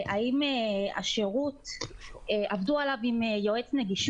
האם עבדו על השירות עם יועץ נגישות?